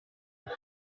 with